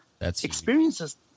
experiences